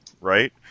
right